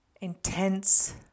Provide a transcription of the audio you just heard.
intense